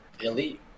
elite